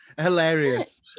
Hilarious